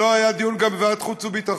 גם לא היה דיון בוועדת החוץ והביטחון.